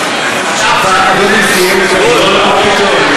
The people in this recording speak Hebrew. אתם לא מעוניינים לדחות בחודשיים.